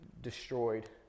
destroyed